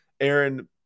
Aaron